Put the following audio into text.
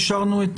אישרנו את